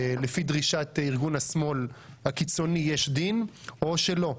לפי דרישת ארגון השמאל הקיצוני יש דין או לא.